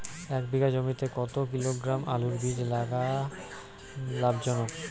এক বিঘা জমিতে কতো কিলোগ্রাম আলুর বীজ লাগা লাভজনক?